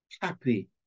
happy